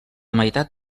meitat